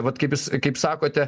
vat kaip jis kaip sakote